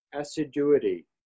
assiduity